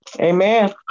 Amen